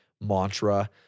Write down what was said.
mantra